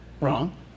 wrong